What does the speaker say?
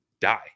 die